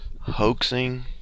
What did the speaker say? hoaxing